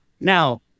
Now